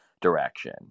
direction